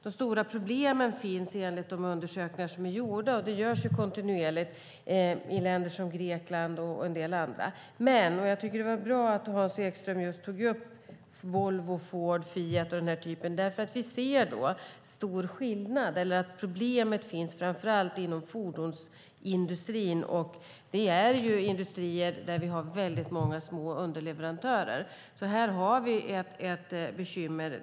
De stora problemen finns enligt undersökningar som är gjorda, och sådana görs ju kontinuerligt, i länder som Grekland och en del andra. Jag tycker dock att det var bra att Hans Ekström tog upp just till exempel Volvo, Ford och Fiat. Det finns stora skillnader, och vi ser att problemet framför allt finns inom fordonsindustrin, vilket är industrier med väldigt många små underleverantörer och långa avtalade betalningstider.